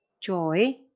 joy